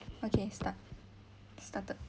okay start started